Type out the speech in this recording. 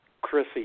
Chrissy